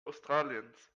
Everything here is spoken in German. australiens